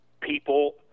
People